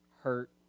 hurt